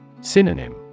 Synonym